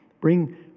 bring